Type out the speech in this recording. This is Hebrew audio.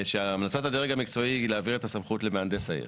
שהמלצת הדרג המקצועי היא להעביר את הסמכות למהנדס העיר.